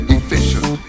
efficient